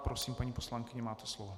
Prosím, paní poslankyně, máte slovo.